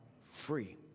free